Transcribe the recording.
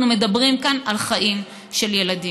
אנחנו מדברים כאן על חיים של ילדים.